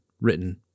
written